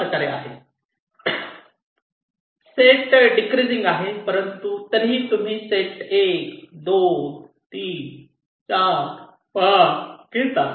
set decreasing आहे परंतु तरीही तुम्ही सेट 1 2 3 4 5 घेतात